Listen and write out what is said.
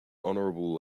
honorable